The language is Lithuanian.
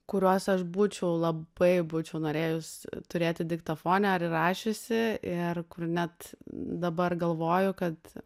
kuriuos aš būčiau labai būčiau norėjus turėti diktofone ar įrašiusi ir kur net dabar galvoju kad